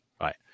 Right